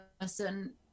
person